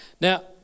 Now